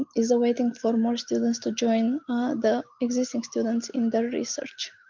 is awaiting for more students to join the existing students in their research.